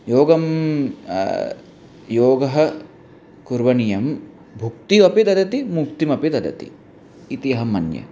योगं योगः करणीयः भुक्तिः अपि ददाति मुक्तिमपि ददाति इति अहं मन्ये